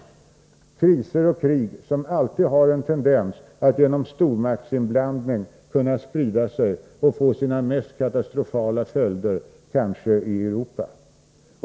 Sådana kriser och krig har alltid en tendens att genom stormaktsinblandning kunna sprida sig och få sina mest katastrofala följder kanske i Europa.